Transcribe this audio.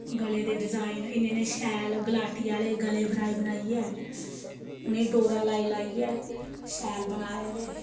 गले दे डिजाइन इन्नै इन्नै शैल गलाटी आह्ले गले बनाई बनाइयै उ'नेंगी डोरा लाई लाइयै शैल बनाए दे